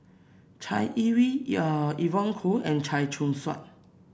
Chai Yee Wei Evon Kow and Chia Choo Suan